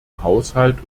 haushalt